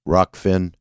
Rockfin